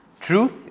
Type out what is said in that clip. Truth